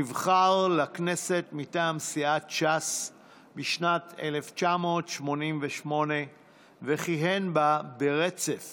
נבחר לכנסת מטעם סיעת ש"ס בשנת 1988 וכיהן בה ברצף